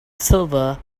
silver